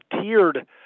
tiered